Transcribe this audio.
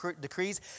decrees